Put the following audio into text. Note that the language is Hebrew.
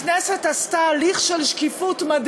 הכנסת עשתה הליך מדהים של שקיפות.